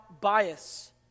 bias